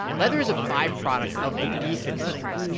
leather is a byproduct of the beef industry.